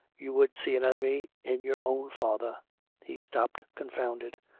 you would see an enemy in your own father he stopped confounded.